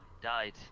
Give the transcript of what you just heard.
died